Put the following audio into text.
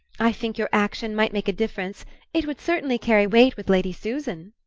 i think your action might make a difference it would certainly carry weight with lady susan.